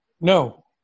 No